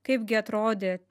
kaipgi atrodė